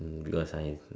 because I